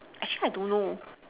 actually I don't know